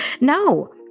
No